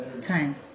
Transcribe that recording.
time